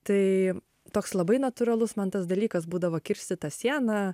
tai toks labai natūralus man tas dalykas būdavo kirsti tą sieną